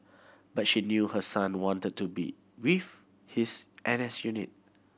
but she knew her son wanted to be with his N S unit